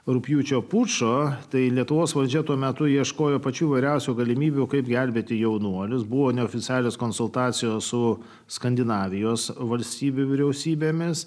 rugpjūčio pučo tai lietuvos valdžia tuo metu ieškojo pačių įvairiausių galimybių kaip gelbėti jaunuolius buvo neoficialios konsultacijos su skandinavijos valstybių vyriausybėmis